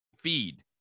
feed